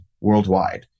worldwide